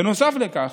נוסף לכך,